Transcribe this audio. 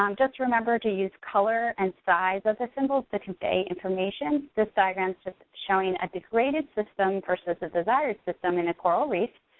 um just remember to use color and size of the symbols to convey information. this diagram's just showing a degraded system versus a desired system in a coral reef.